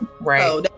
Right